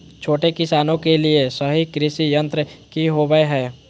छोटे किसानों के लिए सही कृषि यंत्र कि होवय हैय?